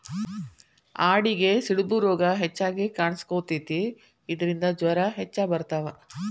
ಆಡಿಗೆ ಸಿಡುಬು ರೋಗಾ ಹೆಚಗಿ ಕಾಣಿಸಕೊತತಿ ಇದರಿಂದ ಜ್ವರಾ ಹೆಚ್ಚ ಬರತಾವ